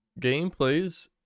Gameplays